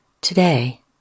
today